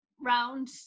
round